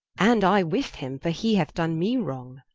and i with him, for he hath done me wrong